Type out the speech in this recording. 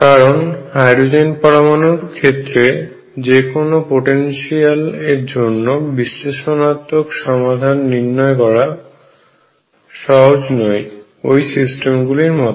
কারণ হাইড্রোজেন পরমাণুর ক্ষেত্রে যেকোনো পোটেনশিয়াল এর জন্য বিশ্লেষণাত্মক সমাধান নির্ণয় করা সহজ নয় ওই সিস্টেমগুলির মত